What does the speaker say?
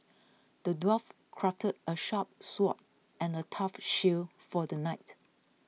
the dwarf crafted a sharp sword and a tough shield for the knight